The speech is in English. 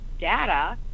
data